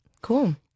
Cool